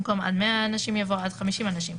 במקום ״עד 100 אנשים״ יבוא ״עד 50 אנשים״.